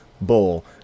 bull